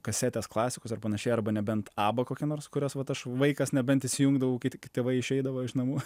kasetės klasikos ar panašiai arba nebent abba kokia nors kurios vat aš vaikas nebent įsijungdavau kai tik tėvai išeidavo iš namų